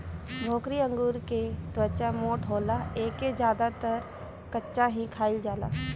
भोकरी अंगूर के त्वचा मोट होला एके ज्यादातर कच्चा ही खाईल जाला